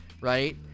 right